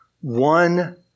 one